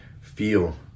feel